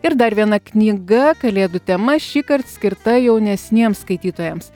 ir dar viena knyga kalėdų tema šįkart skirta jaunesniems skaitytojams